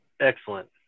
Excellent